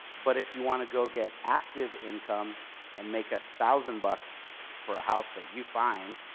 but if you want to go get active income and make a thousand bucks for a house that you find.